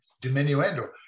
diminuendo